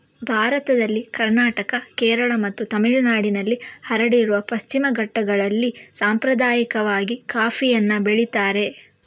ಭಾರತದಲ್ಲಿ ಕರ್ನಾಟಕ, ಕೇರಳ ಮತ್ತು ತಮಿಳುನಾಡಿನಲ್ಲಿ ಹರಡಿರುವ ಪಶ್ಚಿಮ ಘಟ್ಟಗಳಲ್ಲಿ ಸಾಂಪ್ರದಾಯಿಕವಾಗಿ ಕಾಫಿಯನ್ನ ಬೆಳೀತಾರೆ